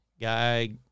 Guy